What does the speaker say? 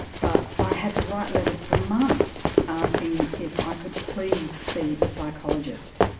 but i had to write letters for months asking if i could please see a psychologist.